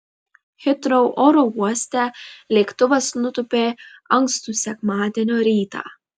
hitrou oro uoste lėktuvas nutūpė ankstų sekmadienio rytą